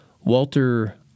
Walter